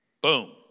Boom